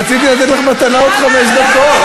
רציתי לתת לך מתנה, עוד חמש דקות.